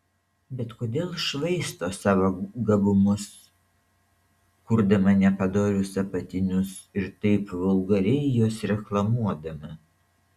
bet kodėl švaisto savo gabumus kurdama nepadorius apatinius ir taip vulgariai juos reklamuodama